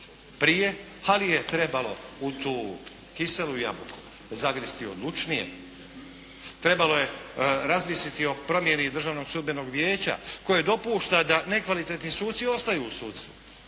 prije, ali je trebao u tu kiselu jabuku zagristi odlučnije. Trebalo je razmisliti o promjeni Državnog sudbenog vijeća, koje dopušta da nekvalitetni suci ostaju u sudstvu.